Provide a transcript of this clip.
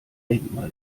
denkmal